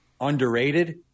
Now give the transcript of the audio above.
underrated